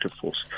force